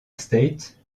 state